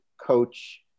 coach